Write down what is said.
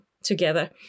together